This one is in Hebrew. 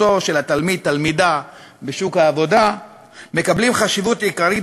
התלמיד והתלמידה בשוק העבודה מקבלים חשיבות עיקרית,